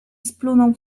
splunął